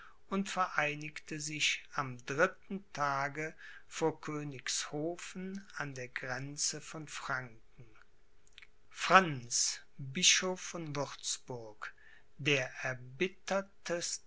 und vereinigte sich am dritten tage vor königshofen an der grenze von franken franz bischof von würzburg der erbittertste